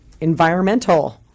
environmental